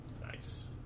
Nice